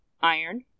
iron